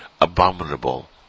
Abominable